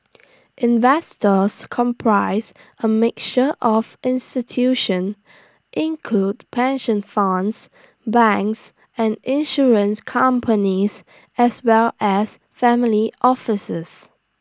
investors comprise A mixture of institution include pension funds banks and insurance companies as well as family offices